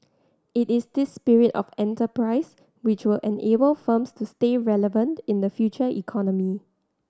it is this spirit of enterprise which will enable firms to stay relevant in the future economy